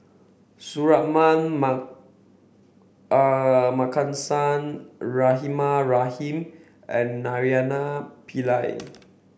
Suratman Markasan Rahimah Rahim and Naraina Pillai